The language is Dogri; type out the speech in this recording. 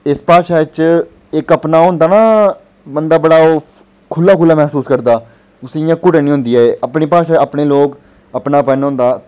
इस भाशा च इक अपना ओह् होंदा बंदा बड़ा ओह् खुह्ल्ला खुह्ल्ला मसूस करदा उसी इ'यां घुटन निं होंदी ऐ ते अपनी भाशा अपने लोक अपनापन होंदा